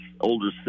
older